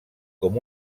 com